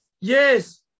Yes